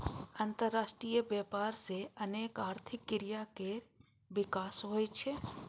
अंतरराष्ट्रीय व्यापार सं अनेक आर्थिक क्रिया केर विकास होइ छै